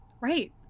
right